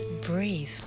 breathe